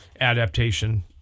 adaptation